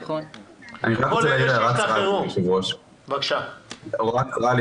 לגבי ההשוואה עם